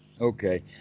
Okay